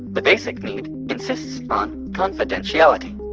but basic need insists on confidentiality.